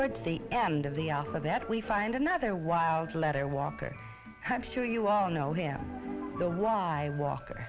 towards the end of the alphabet we find another wild letter walker i'm sure you all know him so why walker